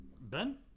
Ben